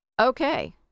okay